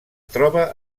troba